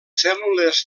cèl·lules